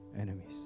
enemies